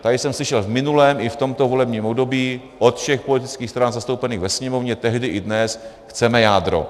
Tady jsem slyšel v minulém i v tomto volebním období od všech politických stran zastoupených ve Sněmovně tehdy i dnes chceme jádro.